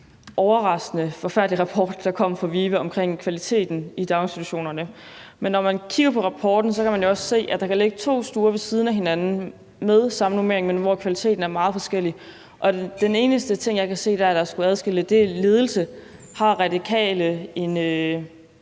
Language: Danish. overraskende forfærdelig rapport, der kom fra VIVE, omkring kvaliteten i daginstitutionerne. Men når man kigger på rapporten, kan man jo også se, at der kan ligge to stuer ved siden af hinanden med samme normering, men hvor kvaliteten er meget forskellig, og den eneste ting, jeg kan se skulle adskille det der, er ledelse. Har Radikale